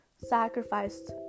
sacrificed